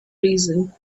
reason